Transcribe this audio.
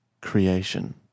creation